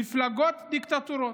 מפלגות דיקטטוריות.